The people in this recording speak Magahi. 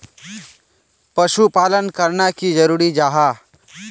पशुपालन करना की जरूरी जाहा?